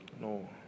no